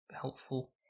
helpful